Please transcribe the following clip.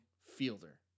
fielder